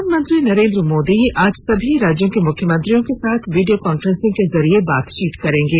प्रधानमंत्री नरेन्द्र मोदी आज सभी राज्यों के मुख्यमंत्रियों के साथ वीडियो कॉन्फ्रेंस के माध्यम से बातचीत करेंगे